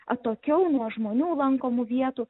atokiau nuo žmonių lankomų vietų